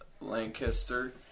Lancaster